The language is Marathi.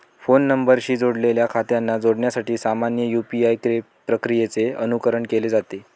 फोन नंबरशी जोडलेल्या खात्यांना जोडण्यासाठी सामान्य यू.पी.आय प्रक्रियेचे अनुकरण केलं जात